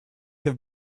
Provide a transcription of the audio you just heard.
have